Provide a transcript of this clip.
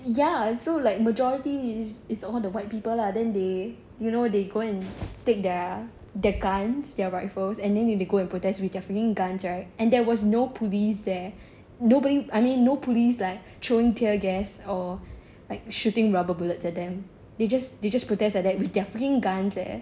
ya so like majority it's all the white people lah then they you know they go and take their their guns their rifles and then they go and protest with their freaking guns right and there was no police there nobody I mean no police like throwing tear gas or like shooting rubber bullets at them they just they just protest like that with their freaking guns eh